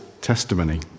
testimony